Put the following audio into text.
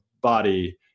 body